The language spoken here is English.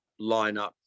lineup